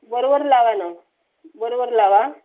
बरोबर लावा नं बरोबर लावा